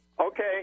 Okay